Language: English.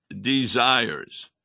desires